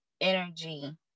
energy